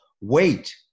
wait